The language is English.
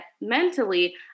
mentally